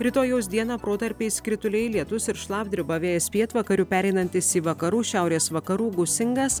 rytojaus dieną protarpiais krituliai lietus ir šlapdriba vėjas pietvakarių pereinantis į vakarų šiaurės vakarų gūsingas